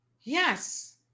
Yes